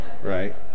Right